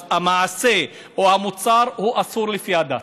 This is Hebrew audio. אז המעשה או המוצר אסור על פי הדת.